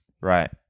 Right